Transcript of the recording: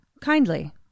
kindly